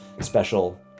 special